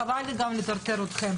חבל לי גם לטרטר אתכם.